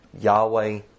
Yahweh